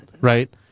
right